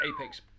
apex